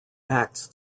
acts